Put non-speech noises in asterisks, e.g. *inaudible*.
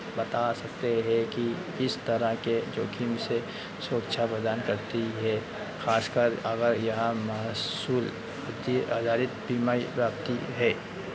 बता सकते हैं कि इस तरह के जोखिम से सुरक्षा प्रदान करती है खास कर अगर यहाँ महसूल *unintelligible* आधारित बीमा प्राप्ति है